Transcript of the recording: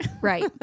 Right